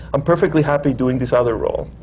i'm perfectly happy doing this other role.